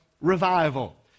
revival